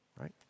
right